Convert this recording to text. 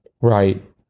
Right